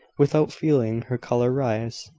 without feeling her colour rise.